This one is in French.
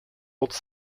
autres